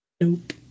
Nope